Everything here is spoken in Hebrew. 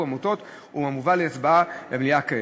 ובעמותות הוא המובא להצבעה במליאה כעת.